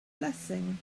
blessing